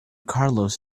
carlos